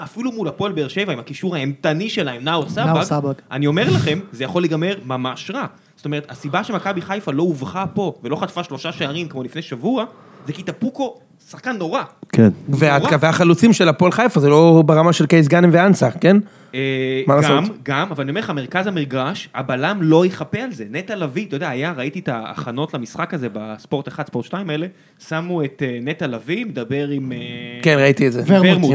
אפילו מול הפועל באר-שבע עם הקישור האימתני שלהם, נאור סבג, אני אומר לכם, זה יכול להיגמר ממש רע. זאת אומרת, הסיבה שמכבי חיפה לא הובכה פה ולא חטפה שלושה שערים כמו לפני שבוע, זה כי טאפוקו הוא שחקן נורא. כן, והחלוצים של הפועל חיפה זה לא ברמה של קייס גאנם ואנצג, כן? גם, אבל אני אומר לך, מרכז המגרש, הבלם לא יכפה על זה, נטע לוי, אתה יודע, ראיתי את ההכנות למשחק הזה בספורט אחד, ספורט שתיים האלה, שמו את נטע לוי, מדבר עם... כן, ראיתי את זה.ורמוט